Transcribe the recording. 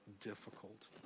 difficult